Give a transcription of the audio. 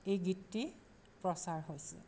এই গীতটি প্ৰচাৰ হৈছে